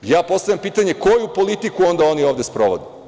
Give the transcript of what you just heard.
Postavljam pitanje koju politiku onda ovde sprovode?